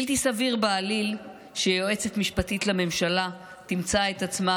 בלתי סביר בעליל שיועצת משפטית לממשלה תמצא את עצמה